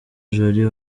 jolie